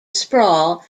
sprawl